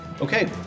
Okay